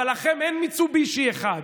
אבל לכם אין מיצובישי אחד,